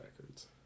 records